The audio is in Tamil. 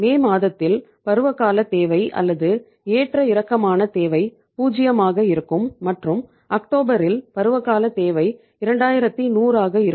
மே பருவகால தேவை 2100 ஆக இருக்கும் இது அதிகப்பட்ச தொகையாகும்